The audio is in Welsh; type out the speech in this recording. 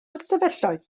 ystafelloedd